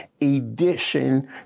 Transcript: edition